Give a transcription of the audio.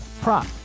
prop